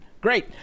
great